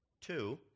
Two